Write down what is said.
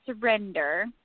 surrender